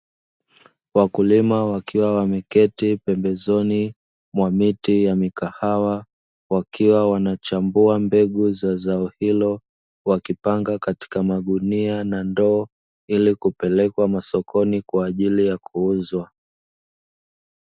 Wakulima wakiwa wameketi pembezoni mwa miti ya mikahawa wakiwa wanachambua mbegu za zao hilo wakipanga katika magunia na ndoo ili kupeleka sokoni kwa ajili ya kuuzwa.